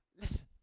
Listen